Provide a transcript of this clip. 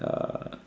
uh